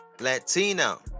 Latino